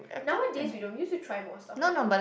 nowadays we don't we used to try more stuff I think